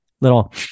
little